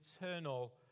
eternal